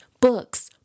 books